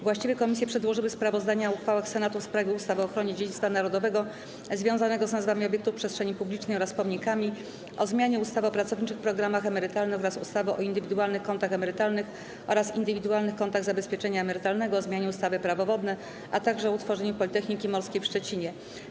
Właściwe komisje przedłożyły sprawozdania o uchwałach Senatu w sprawie ustaw: - o ochronie dziedzictwa narodowego związanego z nazwami obiektów przestrzeni publicznej oraz pomnikami, - o zmianie ustawy o pracowniczych programach emerytalnych oraz ustawy o indywidualnych kontach emerytalnych oraz indywidualnych kontach zabezpieczenia emerytalnego, - o zmianie ustawy - Prawo wodne, - o utworzeniu Politechniki Morskiej w Szczecinie.